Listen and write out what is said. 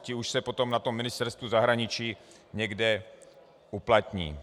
Ti už se potom na Ministerstvu zahraničí někde uplatní.